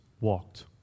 walked